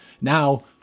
Now